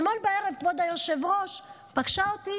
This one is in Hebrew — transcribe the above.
כבוד היושב-ראש, אתמול בערב פגשה אותי